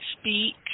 speak